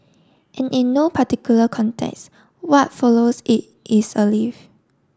and in no particular context what follows it is a leaf